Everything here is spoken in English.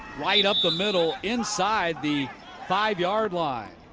right up the middle, inside the five-yard line.